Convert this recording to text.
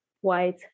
white